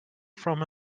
from